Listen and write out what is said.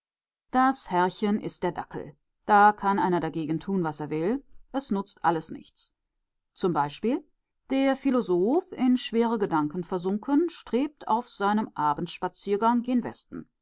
das herrchen ist der dackel da kann einer dagegen tun was er will es nutzt alles nichts zum beispiel der philosoph in schwere gedanken versunken strebt auf seinem abendspaziergang gen westen